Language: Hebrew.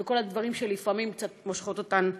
וכל הדברים שלפעמים קצת מושכים אותן אחורה.